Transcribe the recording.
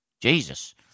Jesus